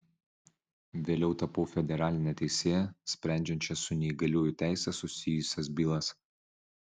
vėliau tapau federaline teisėja sprendžiančia su neįgaliųjų teise susijusias bylas